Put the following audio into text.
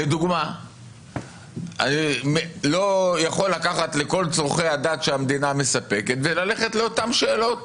אני יכול ללכת לכל צורכי הדת שהמדינה מספקת וללכת לאותן שאלות,